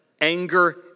anger